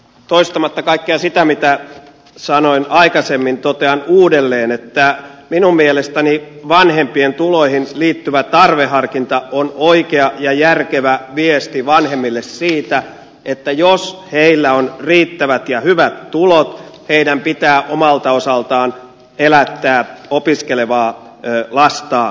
toistamatta kaikkea sitä mitä sanoin aikaisemmin totean uudelleen että minun mielestäni vanhempien tuloihin liittyvä tarveharkinta on oikea ja järkevä viesti vanhemmille siitä että jos heillä on riittävät ja hyvät tulot heidän pitää omalta osaltaan elättää opiskelevaa lastaan